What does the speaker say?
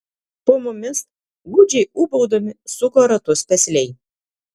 po mumis gūdžiai ūbaudami suko ratus pesliai